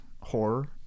horror